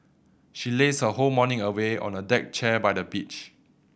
she lazed her whole morning away on a deck chair by the beach